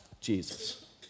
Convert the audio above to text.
Jesus